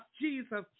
Jesus